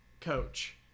coach